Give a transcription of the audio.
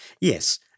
Yes